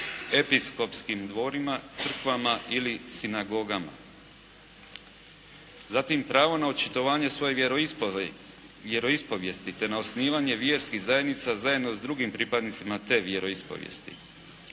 episkopskim dvorima, crkvama ili sinagogama. Zatim pravo na očitovanje svoje vjeroispovijesti te na osnivanje vjerskih zajednica zajedno s drugim pripadnicima te vjeroispovijesti.